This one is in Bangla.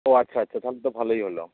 ও আচ্ছা আচ্ছা তাহলে তো ভালোই হলো